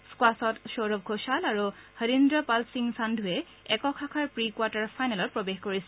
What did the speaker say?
স্কোৱাচত শৌৰভ ঘোষাল আৰু হৰিল্ৰ পাল সিং সাঙ্কুৱে একক শাখাৰ প্ৰি কোৱাৰ্টাৰ ফাইনেলত প্ৰৱেশ কৰিছে